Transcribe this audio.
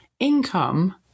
income